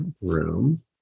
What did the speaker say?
room